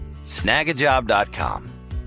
snagajob.com